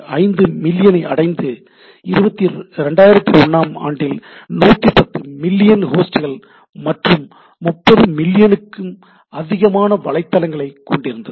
5 மில்லியனை அடைந்து 2001 ஆம் ஆண்டில் 110 மில்லியன் ஹோஸ்ட்கள் மற்றும் 30 மில்லியனுக்கும் அதிகமான வலைதளங்களைக் கொண்டிருந்தது